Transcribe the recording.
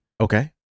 Okay